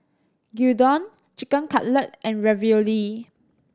Gyudon Chicken Cutlet and Ravioli